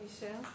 Michelle